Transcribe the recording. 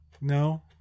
No